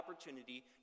opportunity